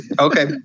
Okay